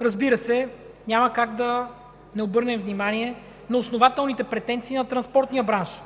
Разбира се, няма как да не обърнем внимание на основателните претенции на транспортния бранш,